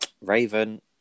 raven